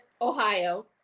Ohio